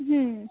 হুম